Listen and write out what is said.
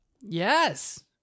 Yes